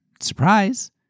surprise